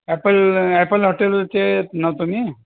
Apple apple हॉटेलचे नव्हे तुम्ही